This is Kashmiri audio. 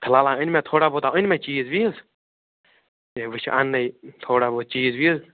فِلحال ہا أنۍ مےٚ تھوڑا بہت ہا أنۍ مےٚ چیٖز ویٖز ہے وُنہِ چھِ اَننَے تھوڑا بہت چیٖز ویٖز